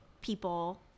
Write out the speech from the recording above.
people